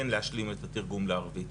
כן להשלים את התרגום לערבית.